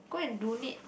go and donate